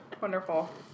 Wonderful